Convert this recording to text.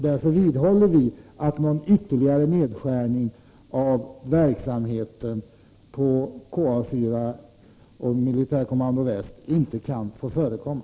Därför vidhåller vi att någon ytterligare nedskärning av verksamheten vid KA 4 och militärkommando väst inte kan få förekomma.